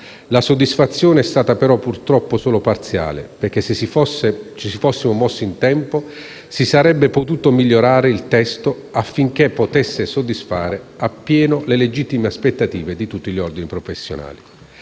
La soddisfazione è stata però, purtroppo, solo parziale perché se ci si fosse mossi in tempo si sarebbe potuto migliorare il testo affinché potesse soddisfare a pieno le legittime aspettative di tutti gli ordini professionali.